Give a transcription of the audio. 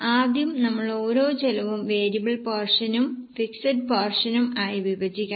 ആദ്യം നമ്മൾ ഓരോ ചെലവും വേരിയബിൾ പോർഷനും ഫിക്സഡ് പോർഷനും ആയി വിഭജിക്കണം